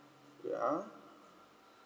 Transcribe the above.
yeah